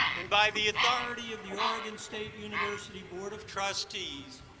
and by the authority of the oregon state university board of trustees,